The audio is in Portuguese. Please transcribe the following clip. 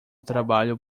trabalho